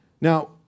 Now